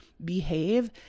behave